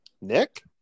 Nick